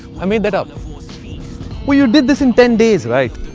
i made that up. well you did this in ten days, right?